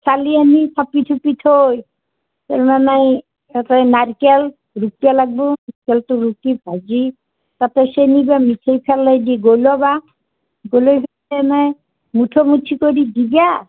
চালি আনি থাপি থুপি থৈ তাৰমানে তাতেই নাৰিকল ৰুকিব লাগিব নাৰিকলটো ৰুকি ভাজি তাতে চেনী বা মিঠেই ফেলেই দি গ'লিব গ'লেই কেনে মুঠা মুঠি কৰি দিবা